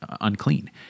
unclean